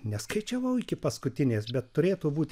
neskaičiavau iki paskutinės bet turėtų būti